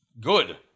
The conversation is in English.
Good